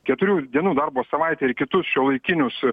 keturių dienų darbo savaitę ir kitus šiuolaikinius